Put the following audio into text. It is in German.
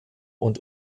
und